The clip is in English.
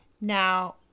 now